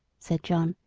said john,